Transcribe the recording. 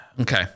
okay